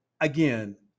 Again